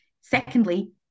Secondly